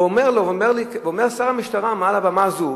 ואומר שר המשטרה מעל הבמה הזאת,